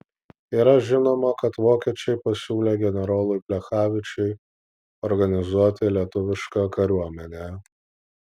yra žinoma kad vokiečiai pasiūlę generolui plechavičiui organizuoti lietuvišką kariuomenę